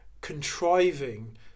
contriving